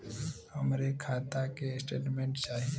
हमरे खाता के स्टेटमेंट चाही?